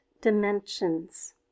dimensions